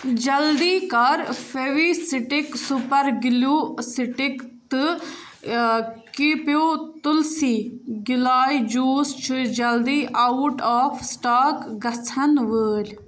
جلدی کر Fevistik super glue stick تہٕ کیٖپیوٗ تُلسی گِلاے جوٗس چھُ جلدی آوُٹ آف سٕٹاک گَژھن وٲلۍ